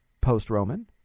post-Roman